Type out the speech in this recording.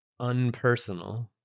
unpersonal